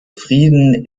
frieden